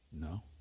No